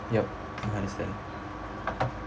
yup I understand